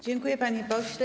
Dziękuję, panie pośle.